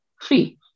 free